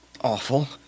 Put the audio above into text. awful